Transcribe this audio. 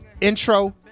Intro